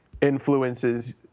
influences